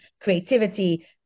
creativity